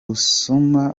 busuma